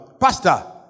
Pastor